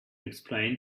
explain